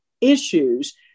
issues